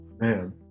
Man